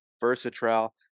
versatile